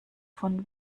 von